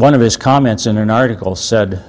one of his comments in an article said